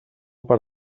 per